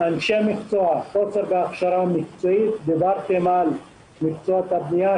חוסר בהכשרה מקצועית דיברתם על מקצועות הבנייה,